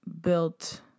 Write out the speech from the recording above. built